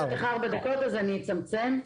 אני אצמצם.